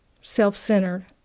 self-centered